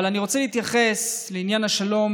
אבל אני רוצה להתייחס לעניין השלום